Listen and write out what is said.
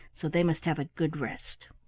so they must have a good rest.